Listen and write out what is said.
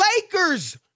Lakers